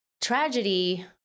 tragedy